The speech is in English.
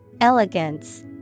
Elegance